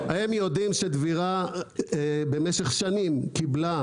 אלי -- הם יודעים שדבירה במשך שנים קיבלה